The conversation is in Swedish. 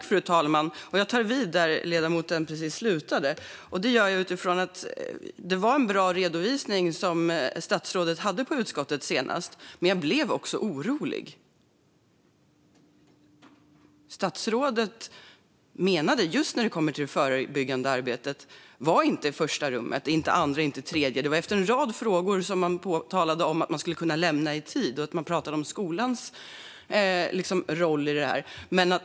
Fru talman! Jag tar vid där ledamoten slutade. Det var en bra redovisning av statsrådet hos utskottet, men jag blev ändå orolig. Det förebyggande arbetet kom varken i första, andra eller tredje rummet, utan först efter en rad frågor talades det om att kunna lämna förhållandet i tid och skolans roll i detta.